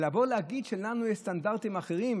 להגיד שלנו יש סטנדרטים אחרים,